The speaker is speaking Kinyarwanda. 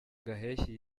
gaheshyi